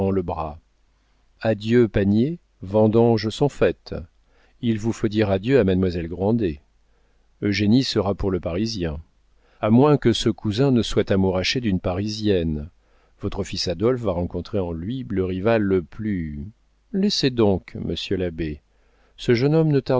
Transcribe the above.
le bras adieu paniers vendanges sont faites il vous faut dire adieu à mademoiselle grandet eugénie sera pour le parisien a moins que ce cousin ne soit amouraché d'une parisienne votre fils adolphe va rencontrer en lui le rival le plus laissez donc monsieur l'abbé ce jeune homme ne